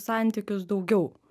santykius daugiau